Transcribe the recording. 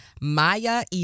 Maya